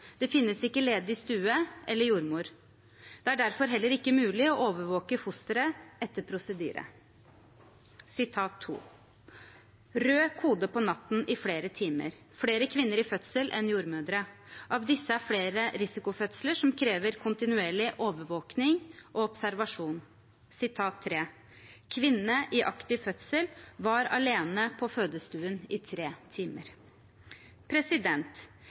Det finnes ikke ledig stue eller jordmor. Det er derfor heller ikke mulig å overvåke fosteret etter prosedyre.» Videre: «Rød kode på natten, i flere timer. Flere kvinner i fødsel enn jordmødre. Av disse er flere risikofødsler som krever kontinuerlig overvåkning og observasjon.» Og: «Kvinne i aktiv fødsel var alene på fødestuen i tre timer.»